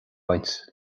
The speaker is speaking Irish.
baint